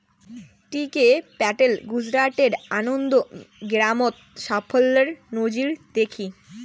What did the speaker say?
টি K Patel গুজরাটের আনন্দ গেরামত সাফল্যের নজির দ্যাখি